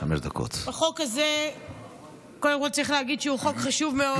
קודם כול צריך להגיד שהחוק הזה חשוב מאוד,